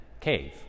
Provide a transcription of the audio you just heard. cave